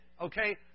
Okay